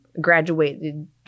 graduated